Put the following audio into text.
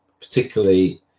particularly